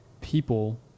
people